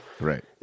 Right